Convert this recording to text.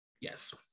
yes